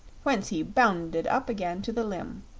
whence he bounded up again to the limb.